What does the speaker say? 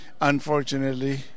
unfortunately